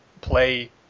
play